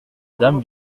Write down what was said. dame